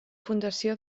fundació